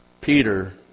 Peter